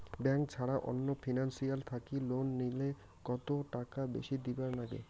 Bank ছাড়া অন্য financial থাকি লোন নিলে কতটাকা বেশি দিবার নাগে?